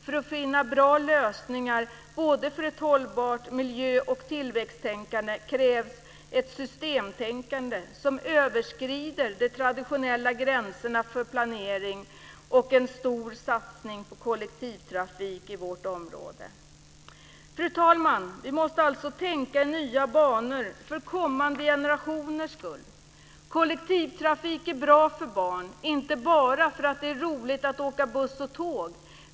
För att finna bra lösningar för ett hållbart miljö och tillväxttänkande krävs ett systemtänkande som överskrider de traditionella gränserna för planering och en stor satsning på kollektivtrafik i vårt område. Fru talman! Vi måste alltså tänka i nya banor för kommande generationers skull. Kollektivtrafik är bra för barn, inte bara för att det är roligt att åka buss och tåg.